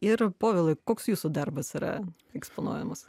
ir povilai koks jūsų darbas yra eksponuojamas